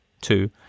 two